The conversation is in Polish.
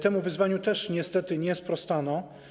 Temu wyzwaniu też niestety nie sprostano.